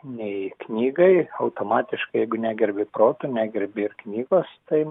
nei knygai automatiškai jeigu negerbi proto negerbi ir knygos tai